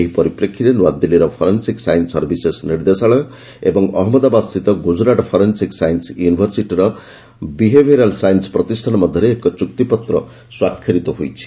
ଏହି ପରିପ୍ରେକ୍ଷିରେ ନୂଆଦିଲ୍ଲୀର ଫରେନ୍ସିକ୍ ସାଇନ୍ ସର୍ଭିସେସ୍ ନିର୍ଦ୍ଦେଶାଳୟ ଏବଂ ଅହମ୍ମଦାବାଦ ସ୍ଥିତ ଗୁଜରାଟ ଫରେନ୍ସିକ୍ ସାଇନ୍ନ ୟୁନିଭରସିଟିର ବିହେଭରାଲ୍ ସାଇନ୍ସ ପ୍ରତିଷ୍ଠାନ ମଧ୍ୟରେ ଏକ ଚୁକ୍ତିପତ୍ର ସ୍ୱାକ୍ଷରିତ ହୋଇଛି